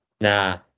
Nah